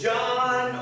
John